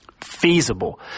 feasible